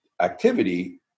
activity